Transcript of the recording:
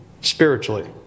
spiritually